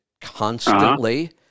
constantly